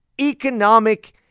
economic